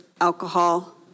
alcohol